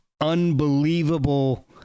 unbelievable